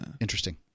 Interesting